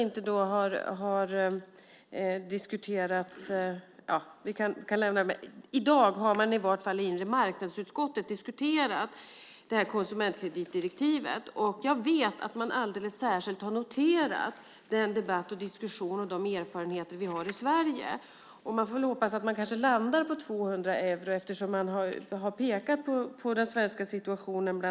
Låt mig också säga att man i dag i inremarknadsutskottet diskuterat konsumentkreditdirektivet och alldeles särskilt noterat den debatt och de erfarenheter vi har i Sverige. Vi får hoppas att man landar på 200 euro, bland annat för att man pekat på den svenska situationen.